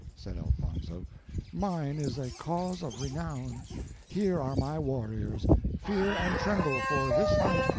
said elfonzo mine is a cause of renown here are my warriors fear and tremble, for this night,